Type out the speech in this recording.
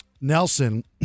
Nelson